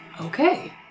Okay